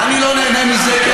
אבל אני רואה שאתה נהנה מזה,